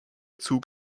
zug